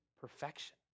perfection